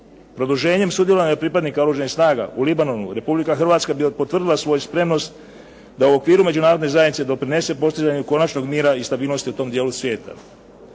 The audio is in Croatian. Produženjem sudjelovanja pripadnika Oružanih snaga u Libanonu Republika Hrvatska bi potvrdila svoju spremnost da u okviru međunarodne zajednice doprinese postizanju konačnog mira i stabilnosti u tom dijelu svijeta.